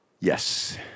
Yes